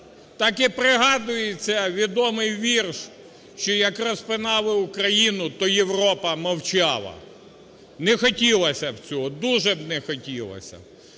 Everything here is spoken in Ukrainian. Так і пригадується відомий вірш, що як розпинали Україну, то "Європа мовчала". Не хотілося б цього, дуже б не хотілося.